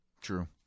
True